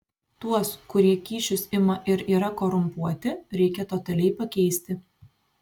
tuos kurie kyšius ima ir yra korumpuoti reikia totaliai pakeisti